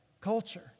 culture